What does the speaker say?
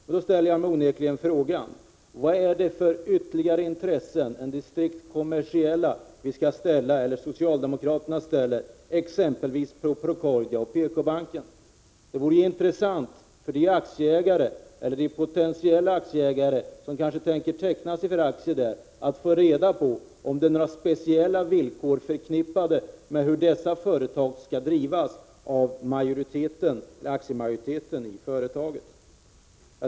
Jag ställer mig då frågan vilka ytterligare intressen, utöver de strikt kommersiella, socialdemokraterna åberopar när det gäller exempelvis Procordia och PK-banken. Det vore intressant för aktieägare och potentiella aktieägare, som tänker teckna sig för aktier, att få reda på om det är några speciella villkor förknippade med hur aktiemajoriteten skall driva företaget.